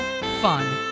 fun